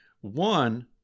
one